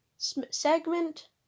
Segment